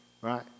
right